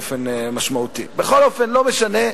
בכל אופן, לא משנה,